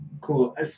Cool